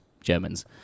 Germans